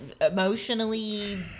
emotionally